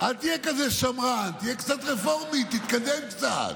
אל תהיה כזה שמרן, תהיה קצת רפורמי, תתקדם קצת.